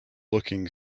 looking